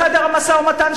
בחדר המשא-ומתן,